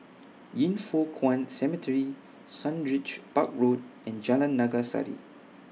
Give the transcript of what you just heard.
Yin Foh Kuan Cemetery Sundridge Park Road and Jalan Naga Sari